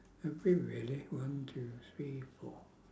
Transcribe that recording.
have we really one two three four